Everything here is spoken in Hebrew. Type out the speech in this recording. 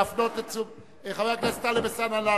חבר הכנסת טלב אלסאנע,